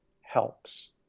helps